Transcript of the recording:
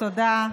תודה.